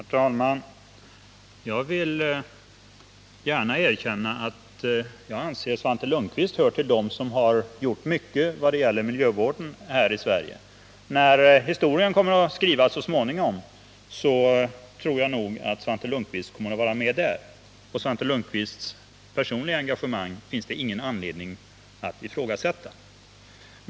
Herr talman! Jag vill gärna erkänna att Svante Lundkvist hör till dem som har gjort mycket vad gäller miljövården här i Sverige. När historien så småningom kommer att skrivas tror jag att Svante Lundkvist kommer att vara med där. Svante Lundkvists personliga engagemang finns det ingen anledning att ifrågasätta.